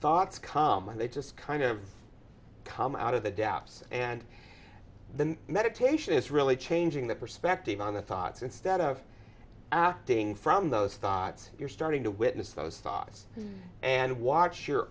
thoughts come and they just kind of come out of the depths and the meditation is really changing the perspective on the thoughts instead of being from those thoughts you're starting to witness those thoughts and watch your